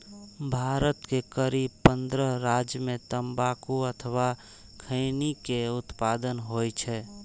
भारत के करीब पंद्रह राज्य मे तंबाकू अथवा खैनी के उत्पादन होइ छै